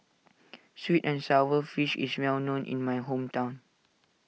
Sweet and Sour Fish is well known in my hometown